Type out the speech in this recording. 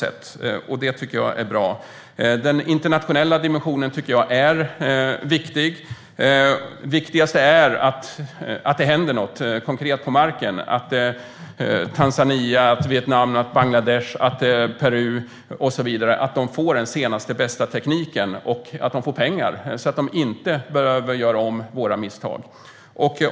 Det är bra. Den internationella dimensionen är viktig. Det viktigaste är att det händer något konkret, så att Tanzania, Vietnam, Bangladesh och Peru får den senaste och bästa tekniken och att de får pengar, så att de inte behöver göra om våra misstag.